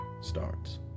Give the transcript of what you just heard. starts